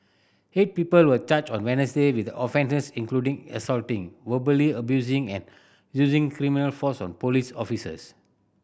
eight people were charged on Wednesday with offences including assaulting verbally abusing and using criminal force on police officers